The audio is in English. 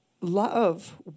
Love